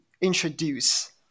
introduce